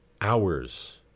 hours